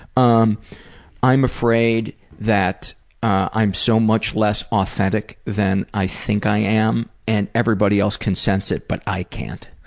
um i'm afraid that i'm so much less authentic than i think i am and everybody else can sense it but i can't.